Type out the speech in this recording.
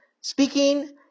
speaking